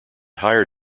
higher